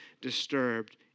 disturbed